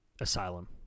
asylum